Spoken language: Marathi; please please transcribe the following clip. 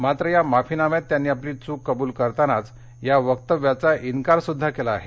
मात्र या माफीनाम्यात त्यांनी आपली चूक कबूल करतानाच या वक्तव्याचा इन्कारसुद्धा केला आहे